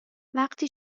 وقتی